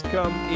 Come